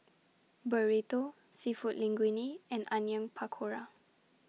Burrito Seafood Linguine and Onion Pakora